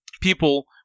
people